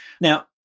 Now